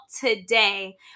today